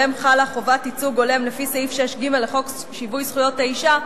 שעליהם חלה חובת ייצוג הולם לפי סעיף 6ג לחוק שיווי זכויות האשה,